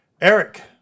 Eric